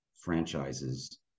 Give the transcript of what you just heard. franchises